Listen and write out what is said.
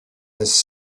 his